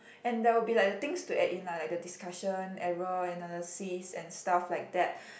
and there will be like the things to add in lah like the discussion error analysis and stuff like that